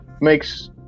makes